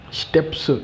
steps